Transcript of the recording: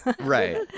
right